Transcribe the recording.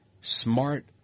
smart